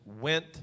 went